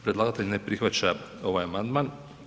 Predlagatelj ne prihvaća ova amandman.